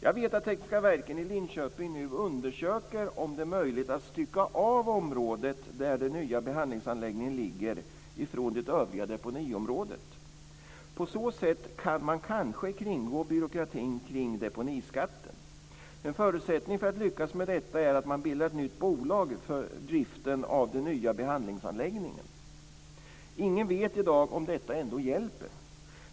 Jag vet att man på Tekniska Verken i Linköping nu undersöker om det är möjligt att stycka av området där den nya behandlingsanläggningen ligger från det övriga deponiområdet. På så sätt kan man kanske kringgå byråkratin kring deponiskatten. En förutsättning för att lyckas med detta är att man bildar ett nytt bolag för driften av den nya behandlingsanläggningen. Ingen vet i dag om detta ändå hjälper.